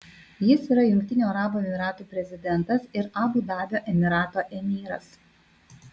jis yra jungtinių arabų emyratų prezidentas ir abu dabio emyrato emyras